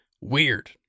weird